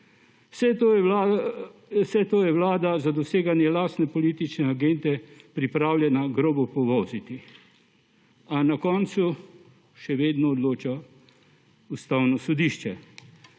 Vse to je vlada za doseganje lastne politične agende pripravljena grobo povoziti, a na koncu še vedno odloča Ustavno sodišče.